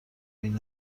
این